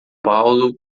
paulo